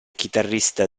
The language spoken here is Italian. chitarrista